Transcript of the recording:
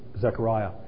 Zechariah